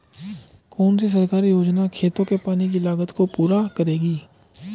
कौन सी सरकारी योजना खेतों के पानी की लागत को पूरा करेगी?